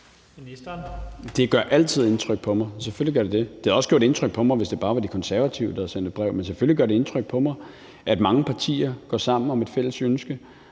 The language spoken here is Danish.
Det gør altid indtryk på mig. Selvfølgelig gør det det. Det havde også gjort indtryk på mig, hvis det bare havde været De Konservative, der havde sendt et brev med, og selvfølgelig gør det indtryk på mig, at mange partier går sammen om et fælles ønske.